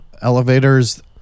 elevators